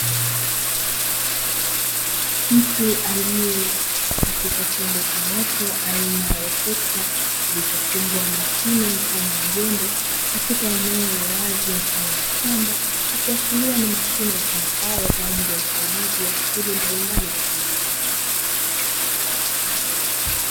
Mtu aliye katika chombo cha moto mfano wa trekta kilichofungwa mashine mfano wa jembe katika eneo la wazi mfano wa shamba, ikiashiria ni mashine itumikayo kwa ajili ya usaidizi wa shughuli mbalimbali za kilimo.